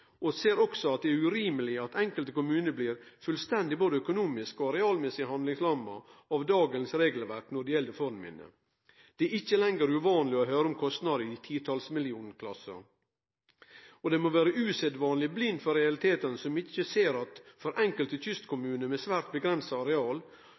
og ser også at det er urimeleg at enkelte kommunar både økonomisk og arealmessig blir fullstendig handlingslamma av dagens regelverk når det gjeld fornminne. Det er ikkje lenger uvanleg å høyre om kostnader i titals million-klassen. Den må vere usedvanleg blind for realitetane som ikkje ser at for enkelte